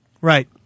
Right